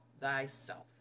thyself